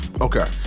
Okay